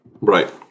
Right